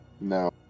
No